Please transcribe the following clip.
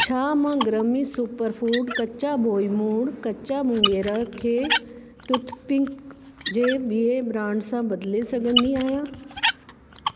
छा मां ग्रमी सुपरफूड कचा बोहीमुङ कचा मुङेरा खे टुथपिक जे ॿिए ब्रांड सां बदिले सघंदी आहियां